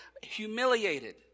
humiliated